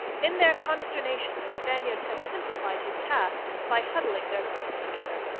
in their consternation the spaniards had simplified his task by huddling their boats together.